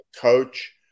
coach